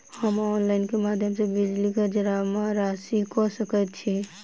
हम ऑनलाइन केँ माध्यम सँ बिजली कऽ राशि जमा कऽ सकैत छी?